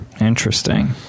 Interesting